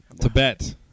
Tibet